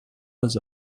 was